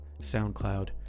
SoundCloud